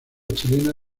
chilena